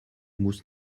musst